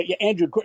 Andrew